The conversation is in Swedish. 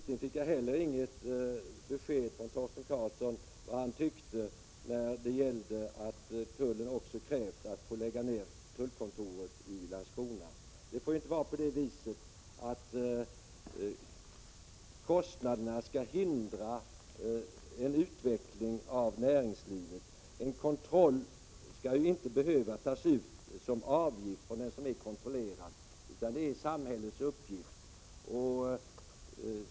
Jag fick heller inget besked om vad Torsten Karlsson tycker om att tullen kräver att få lägga ned tullkontoret i Landskrona. Det får inte vara på det sättet att kostnaderna skall hindra en utveckling av näringslivet. Man skall inte behöva ta ut avgift av den som blir kontrollerad. Det är samhällets uppgift.